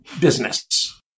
business